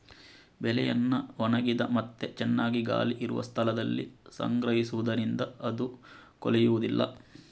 ಬೆಳೆಯನ್ನ ಒಣಗಿದ ಮತ್ತೆ ಚೆನ್ನಾಗಿ ಗಾಳಿ ಇರುವ ಸ್ಥಳದಲ್ಲಿ ಸಂಗ್ರಹಿಸುದರಿಂದ ಅದು ಕೊಳೆಯುದಿಲ್ಲ